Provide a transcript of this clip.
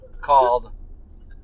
Called